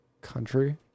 country